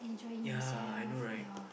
ya I know right